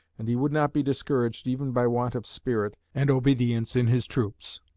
and he would not be discouraged even by want of spirit and obedience in his troops.